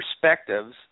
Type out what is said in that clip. perspectives